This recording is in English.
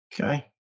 Okay